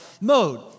mode